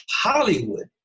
Hollywood